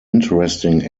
interesting